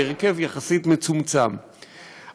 בהרכב מצומצם יחסית,